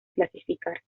clasificar